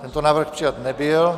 Tento návrh přijat nebyl.